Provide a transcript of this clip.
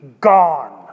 gone